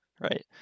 right